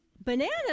Bananas